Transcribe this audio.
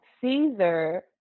Caesar